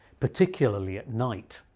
particularly at night.